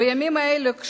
בימים אלו,